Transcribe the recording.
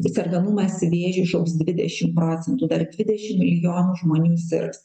tai sergamumas vėžiu išaugs dvidešim procentų dar dvidešim milijonų žmonių sirgs